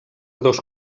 dos